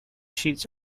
sheets